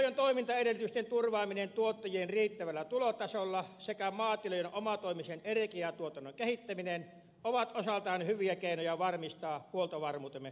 pientilojen toimintaedellytysten turvaaminen tuottajien riittävällä tulotasolla sekä maatilojen omatoimisen energiantuotannon kehittäminen ovat osaltaan hyviä keinoja varmistaa huoltovarmuutemme kaikissa olosuhteissa